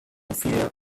fear